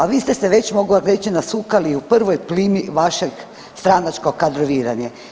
A vi ste se već, mogu vam reći, nasukali i u prvoj plimi vašeg stranačkog kadroviranje.